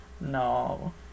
no